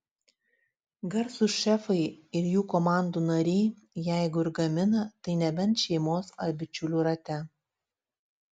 garsūs šefai ir jų komandų nariai jeigu ir gamina tai nebent šeimos ar bičiulių rate